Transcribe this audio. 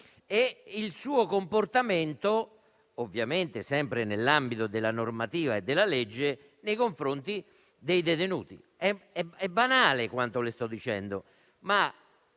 il suo comportamento, sempre nell'ambito della normativa e della legge, nei confronti dei detenuti. È banale quanto le sto dicendo,